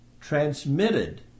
transmitted